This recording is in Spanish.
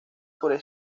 por